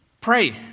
pray